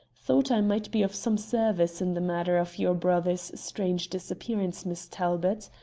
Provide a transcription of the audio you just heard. thought i might be of some service in the matter of your brother's strange disappearance, miss talbot.